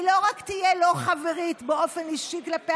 היא לא רק תהיה לא חברית באופן אישי כלפי